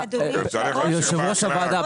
יושב ראש הוועדה,